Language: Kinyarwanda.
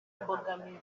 mbogamizi